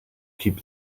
keep